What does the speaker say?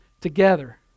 together